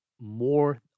more